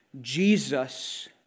Jesus